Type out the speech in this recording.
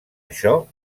això